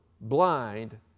blind